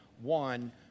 one